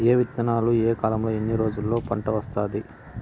ఏ విత్తనాలు ఏ కాలంలో ఎన్ని రోజుల్లో పంట వస్తాది?